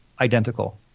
identical